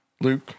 Luke